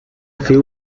few